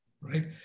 right